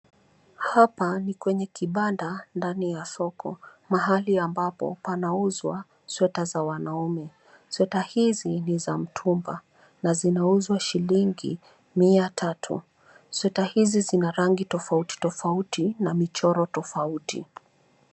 Hapa ni kwenye kibanda ndani ya soko, mahali ambapo panauzwa sweta za wanaume. Sweta hizi ni za mtumba na zinauzwa shilingi 300.Sweta hizi zina rangi tofauti tofauti na michoro tofauti.